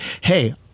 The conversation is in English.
hey